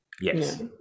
Yes